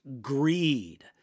greed